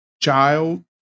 child